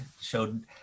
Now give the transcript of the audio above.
showed